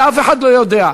את זה אף אחד לא יודע.